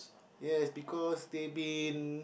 ya because they been